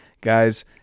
Guys